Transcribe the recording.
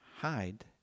hide